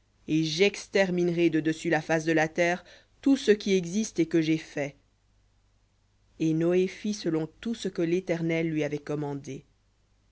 et j'exterminerai de dessus la face de la terre tout ce qui existe que j'ai fait et noé fit selon tout ce que l'éternel lui avait commandé